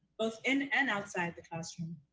both in and outside the classroom.